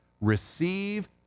Receive